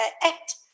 Act